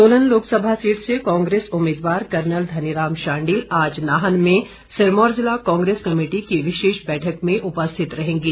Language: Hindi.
सोलन लोकसभा सीट से कांग्रेस उम्मीदवार कर्नल धनी राम शांडिल आज नाहन में सिरमौर जिला कांग्रेस कमेटी की विशेष बैठक में उपस्थित रहेंगे